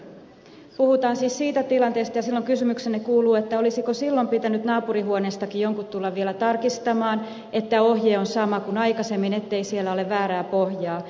puhutaan siis siitä tilanteesta ja silloin kysymykseni kuuluu olisiko silloin pitänyt naapurihuoneestakin jonkun tulla vielä tarkistamaan että ohje on sama kuin aikaisemmin ettei siellä ole väärää pohjaa